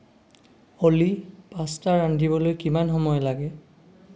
অ'লি pasta ৰান্ধিবলৈ কিমান সময় লাগে